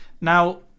now